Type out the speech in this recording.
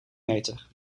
meter